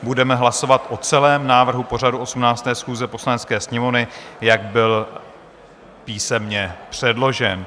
Budeme hlasovat o celém návrhu pořadu 18. schůze Poslanecké sněmovny, jak byl písemně předložen.